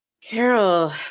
Carol